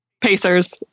Pacers